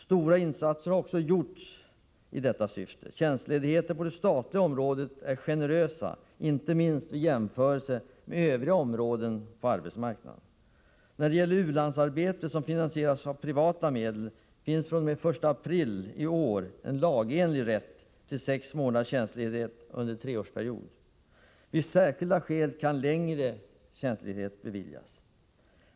Stora insatser har också gjorts i detta syfte. När det gäller tjänstledigheter på det statliga området är man generös — inte minst i jämförelse med förhållandena på övriga områden av arbetsmarknaden. När det gäller u-landsarbete som finansieras med privata medel har man fr.o.m. den 1 april i år lagenlig rätt till sex månaders tjänstledighet under en treårsperiod. Om särskilda skäl föreligger kan längre tjänstledighet beviljas.